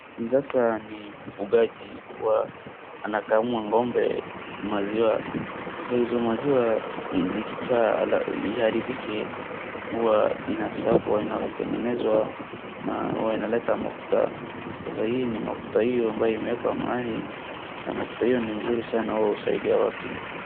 Hii sasa ni mfugaji wa anakamua ng'ombe maziwa, sasa hizo maziwa zikikaa iharibike huwa inasagwa inatengenezwa na huwa inaleta mafuta, sasa hii ni mafuta hiyo ambayo imewekwa mahali, na mafuta hiyo ni mzuri sana husaidia watu.